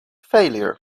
failure